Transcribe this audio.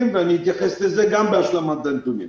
ואז אתייחס לשאלתך גם בהשלמת הנתונים.